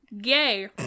Gay